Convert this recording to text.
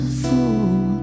fool